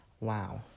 wow